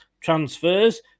transfers